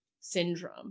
syndrome